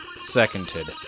seconded